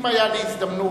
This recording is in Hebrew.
אם היתה לי הזדמנות,